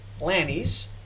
Lanny's